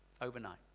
overnight